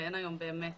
ואין היום באמת